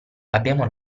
abbiamo